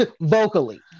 vocally